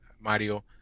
Mario